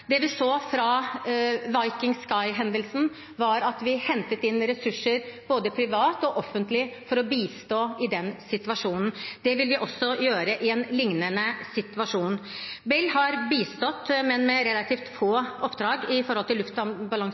Det vi så fra MS «Viking Sky»-hendelsen, var at vi hentet inn ressurser både privat og offentlig for å bistå i den situasjonen. Det vil vi også gjøre i en lignende situasjon. Bell har bistått, men med relativt få oppdrag i forhold til